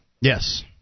Yes